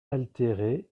altéré